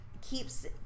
keeps